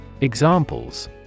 Examples